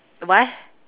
what